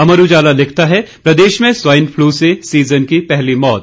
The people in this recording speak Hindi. अमर उजाला लिखता है प्रदेश में स्वाइन फ्लू से सीजन की पहली मौत